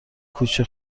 کوچه